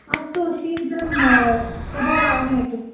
अस्तु शीघ्रं तदेव आनयतु